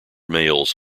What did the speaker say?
males